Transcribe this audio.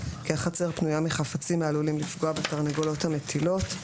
כי החצר פנויה מחפצים העלולים לפגוע בתרנגולות המטילות.